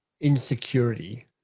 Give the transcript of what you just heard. insecurity